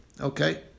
Okay